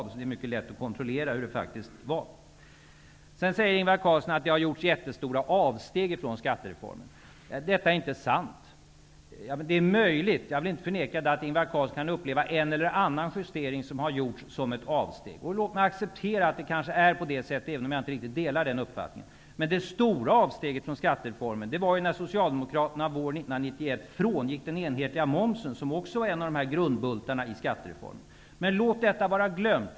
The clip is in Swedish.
Det är alltså mycket lätt att kontrollera hur det faktiskt var. Vidare säger Ingvar Carlsson att vi har gjort jättestora avsteg från skattereformen. Detta är inte sant. Det är möjligt -- jag vill inte förneka det -- att Ingvar Carlsson kan uppleva en eller annan justering som har gjorts som ett avsteg. Låt mig acceptera att det kanske är på det sättet, även om jag inte riktigt delar den uppfattningen. Men det stora avsteget från skattereformen var när Socialdemokraterna våren 1991 frångick den enhetliga momsen, som var en av grundbultarna i skattereformen. Låt dock detta vara glömt.